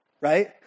Right